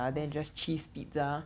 okay